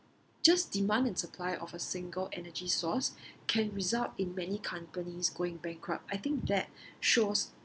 just demand and supply of a single energy source can result in many companies going bankrupt I think that shows